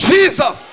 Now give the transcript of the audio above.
Jesus